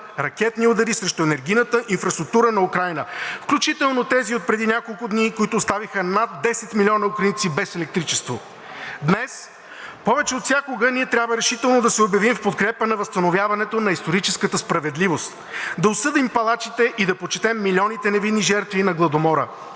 ракетни удари срещу енергийната инфраструктура на Украйна, включително тези отпреди няколко дни, които оставиха над 10 милиона украинци без електричество. Днес, повече отвсякога ние трябва решително да се обявим в подкрепа на възстановяването на историческата справедливост, да осъдим палачите и да почетем милионите невинни жертви на Гладомора.